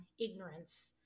ignorance